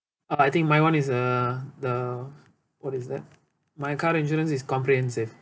I think my [one] is uh the what is that my car insurance is comprehensive